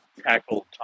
Tackle